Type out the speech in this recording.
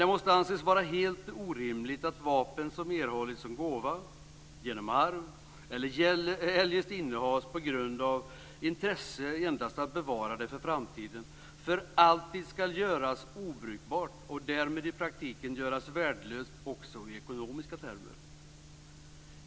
Det måste dock anses vara helt orimligt att vapen som erhållits som gåva eller genom arv eller eljest innehas endast på grund av intresse för dess bevarande för framtiden ska för alltid göras obrukbart och därmed i praktiken göras värdelöst också i ekonomiska termer.